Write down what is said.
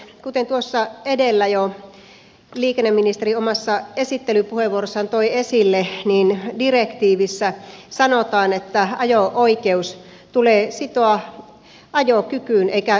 kuten tuossa edellä jo liikenneministeri omassa esittelypuheenvuorossaan toi esille direktiivissä sanotaan että ajo oikeus tulee sitoa ajokykyyn eikä numeraalisiin vuosiin